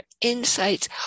insights